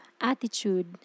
attitude